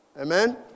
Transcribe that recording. Amen